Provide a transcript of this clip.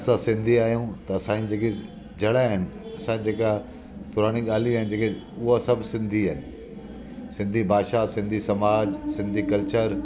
असां सिंधी आहियूं त असांजी जेके जड़ा आहिनि असांजी जेका पुराणी ॻाल्हियूं आहिनि जेके उहे सभु सिंधी आइन सिंधी भाषा सिंधी समाज सिंधी कल्चर